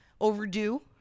overdue